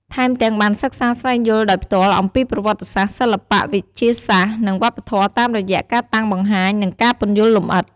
ថែមទាំងបានសិក្សាស្វែងយល់ដោយផ្ទាល់អំពីប្រវត្តិសាស្ត្រ សិល្បៈ វិទ្យាសាស្ត្រ និងវប្បធម៌តាមរយៈការតាំងបង្ហាញ និងការពន្យល់លម្អិត។